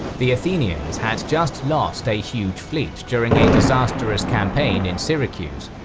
the athenians had just lost a huge fleet during a disastrous campaign in syracuse,